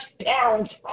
parents